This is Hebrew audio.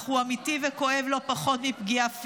אך הוא אמיתי וכואב לא פחות מפגיעה פיזית.